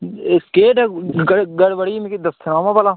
एह् केह् ग गड़बड़ ही मिगी द सनाओ हां भलां